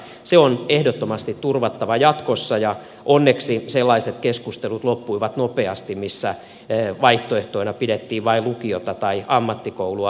se on ehdottomasti turvattava jatkossa ja onneksi sellaiset keskustelut loppuivat nopeasti missä vaihtoehtoina pidettiin vain lukiota tai ammattikoulua